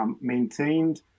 Maintained